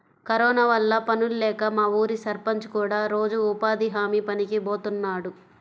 corona వల్ల పనుల్లేక మా ఊరి సర్పంచ్ కూడా రోజూ ఉపాధి హామీ పనికి బోతన్నాడు